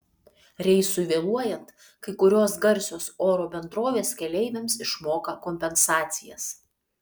reisui vėluojant kai kurios garsios oro bendrovės keleiviams išmoka kompensacijas